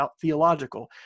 theological